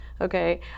okay